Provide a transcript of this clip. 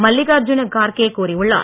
மல்லிகார்ஜுன கார்கே கூறியுள்ளார்